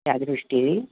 त्यादृष्टीने